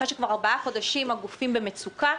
אחרי שכבר ארבעה חודשים הגופים במצוקה,